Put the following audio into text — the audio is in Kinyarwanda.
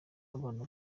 abana